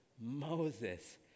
Moses